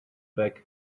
bag